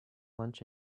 lunch